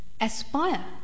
aspire